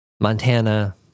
Montana